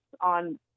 on